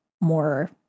more